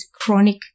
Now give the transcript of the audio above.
chronic